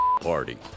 party